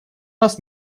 нас